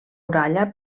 muralla